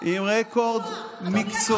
עם רקורד מקצועי.